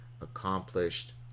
accomplished